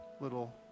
little